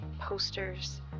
posters